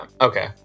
Okay